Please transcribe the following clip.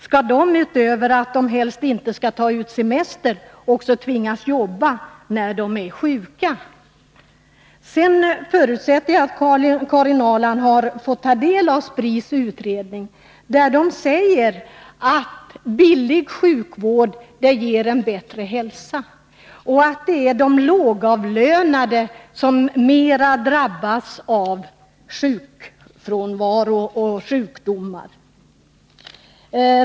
Skall de utöver att de helst inte skall ta ut semester också tvingas jobba när de är sjuka? Jag förutsätter att Karin Ahrland har fått ta del av SPRI:s utredning, som säger att billig sjukvård ger en bättre hälsa och att det är de lågavlönade som mera drabbas av sjukfrånvaron och skador.